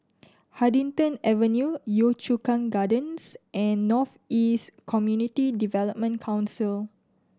Huddington Avenue Yio Chu Kang Gardens and North East Community Development Council